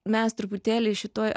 mes truputėlį šitoj